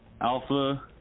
alpha